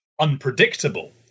unpredictable